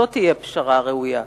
זו תהיה פשרה ראויה.